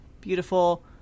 beautiful